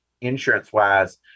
insurance-wise